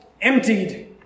emptied